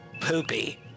poopy